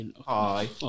Hi